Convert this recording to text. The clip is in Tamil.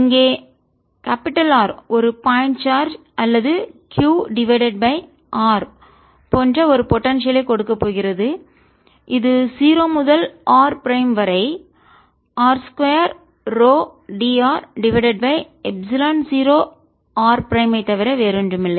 இங்கே R ஒரு பாயிண்ட் சார்ஜ் அல்லது Q டிவைடட் பை r போன்ற ஒரு போடன்சியல் ஐ ஆற்றலைக் கொடுக்கப் போகிறது இது 0 முதல் ஆர் பிரைம் வரை r 2 ρ dr divided by epsilon 0 r prime ஐ தவிர வேறொன்றுமில்லை